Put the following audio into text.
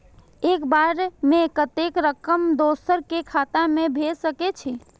एक बार में कतेक रकम दोसर के खाता में भेज सकेछी?